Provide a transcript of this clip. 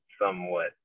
somewhat